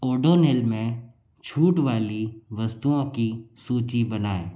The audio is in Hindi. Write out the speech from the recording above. ओडोनिल में छूट वाली वस्तुओं की सूची बनाएँ